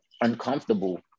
uncomfortable